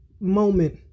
moment